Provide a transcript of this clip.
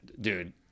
dude